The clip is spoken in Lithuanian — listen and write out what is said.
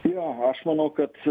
jo aš manau kad